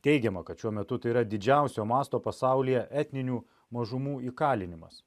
teigiama kad šiuo metu tai yra didžiausio masto pasaulyje etninių mažumų įkalinimas